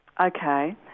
Okay